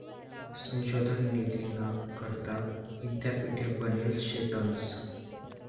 संशोधन निधीना करता यीद्यापीठे बनेल शेतंस